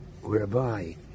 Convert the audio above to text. whereby